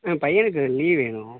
பையனுக்கு லீவ் வேணும்